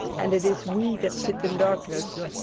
and it is we that sit in darkness.